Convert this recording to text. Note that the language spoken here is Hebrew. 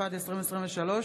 התשפ"ד 2023,